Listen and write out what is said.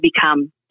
become